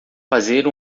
fazer